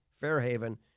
Fairhaven